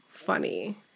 funny